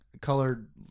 colored